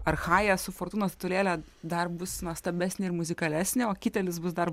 ar chaja su fortūnos stulėle dar bus nuostabesnė ir muzikalesnė o kitėlis bus dar